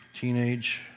teenage